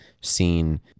seen